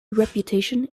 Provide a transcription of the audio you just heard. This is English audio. reputation